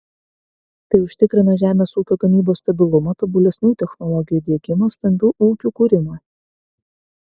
tai užtikrina žemės ūkio gamybos stabilumą tobulesnių technologijų diegimą stambių ūkių kūrimą